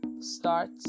start